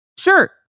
Sure